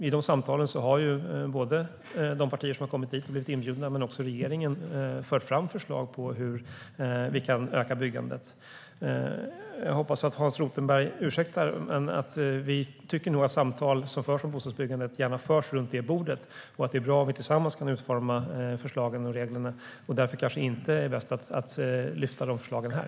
I de samtalen har de partier som blivit inbjudna men också regeringen fört fram förslag på hur vi kan öka byggandet. Jag hoppas att Hans Rothenberg ursäktar, men vi tycker nog att samtal som förs om bostadsbyggandet gärna ska föras runt bordet och att det är bra om vi tillsammans kan utforma förslagen och reglerna. Därför kanske inte det bästa är att lyfta fram de förslagen här.